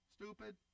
Stupid